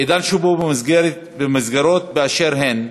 בעידן שבו מסגרות באשר הן,